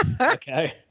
Okay